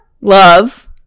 love